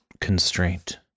constraint